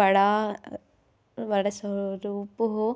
बड़ा बड़ा स्वरूप हो